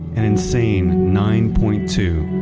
an insane nine point two,